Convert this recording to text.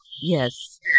Yes